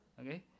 okay